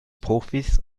profis